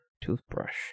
toothbrush